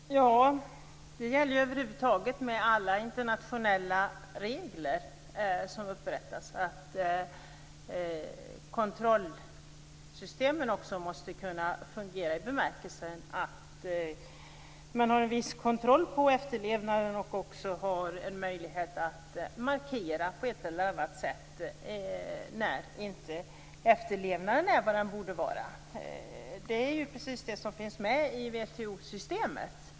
Herr talman! Det gäller över huvud taget med alla internationella regler som upprättas att kontrollsystemen måste kunna fungera i bemärkelsen att man har en viss kontroll på efterlevnaden och en möjlighet att markera på ett eller annat sätt när efterlevnaden inte är vad den borde vara. Det är precis det som finns med i WTO-systemet.